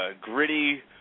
gritty